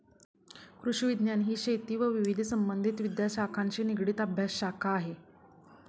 कृषिविज्ञान ही शेती व विविध संबंधित विद्याशाखांशी निगडित अभ्यासशाखा आहे